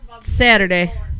Saturday